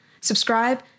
Subscribe